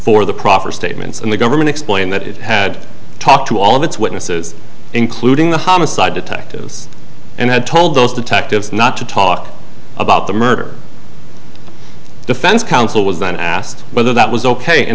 for the proper statements and the government explained that it had talked to all of its witnesses including the homicide detectives and had told those detectives not to talk about the murder defense counsel was then asked whether that was ok